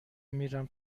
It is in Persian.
میرم